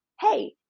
hey